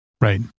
Right